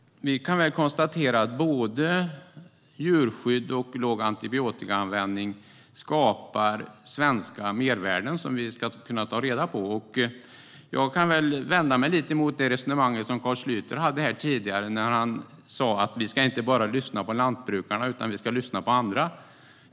Både djurskydd och låg antibiotikaanvändning skapar svenska mervärden som vi ska ta till vara. Jag vänder mig lite emot Carl Schlyters resonemang. Han sa att vi inte bara ska lyssna på lantbrukarna, utan vi ska lyssna på andra.